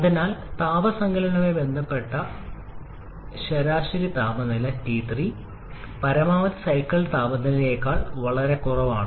അതിനാൽ താപ സങ്കലനവുമായി ബന്ധപ്പെട്ട ശരാശരി താപനില T3 പരമാവധി സൈക്കിൾ താപനിലയേക്കാൾ വളരെ കുറവാണ്